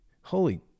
Holy